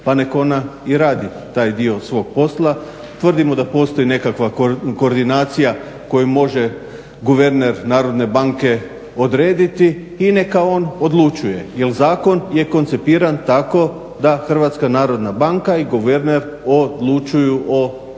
pa nek' ona i radi taj dio svog posla. Tvrdimo da postoji nekakva koordinacija koju može guverner Narodne banke odrediti i neka on odlučuje jer zakon je koncipiran tako da Hrvatska narodna banka u guverner odlučuju o svim